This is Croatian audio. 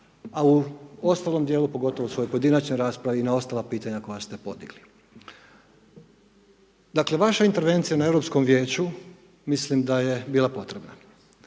a u ostalom dijelu pogotovo svojoj pojedinačnoj raspravi i na ostala pitanja koja ste podigli. Dakle vaša intervencija na Europskom vijeću mislim da je bila potrebna,